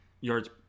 yards